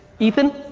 ethan